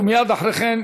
ומייד אחרי כן,